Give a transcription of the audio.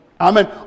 Amen